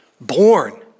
born